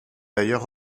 d’ailleurs